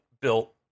built